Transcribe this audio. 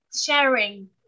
sharing